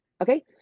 Okay